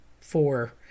four